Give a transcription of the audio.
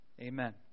Amen